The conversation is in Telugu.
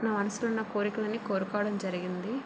నా మనసులో ఉన్న కోరికలు అన్నీ కోరుకోవడం జరిగింది